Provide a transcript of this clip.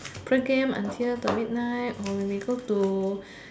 play game until the midnight or maybe go to